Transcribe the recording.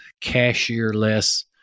cashier-less